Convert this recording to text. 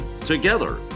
Together